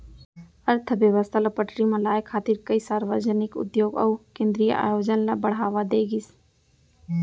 अर्थबेवस्था ल पटरी म लाए खातिर कइ सार्वजनिक उद्योग अउ केंद्रीय आयोजन ल बड़हावा दे गिस